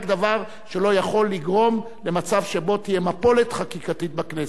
דבר שלא יכול לגרום למצב שבו תהיה מפולת חקיקתית בכנסת.